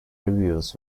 reviews